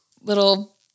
little